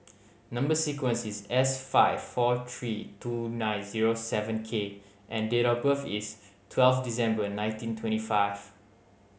number sequence is S five four three two nine zero seven K and date of birth is twelve December nineteen twenty five